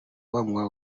banywa